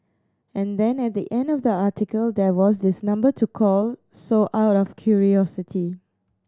and then at the end of the article there was this number to call so out of curiosity